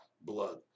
blood